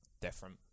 different